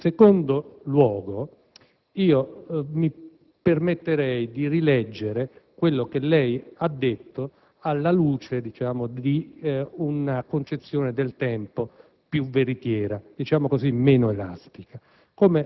In secondo luogo, mi permetterei di rileggere quello che lei ha detto alla luce di una concezione del tempo più veritiera, diciamo meno elastica.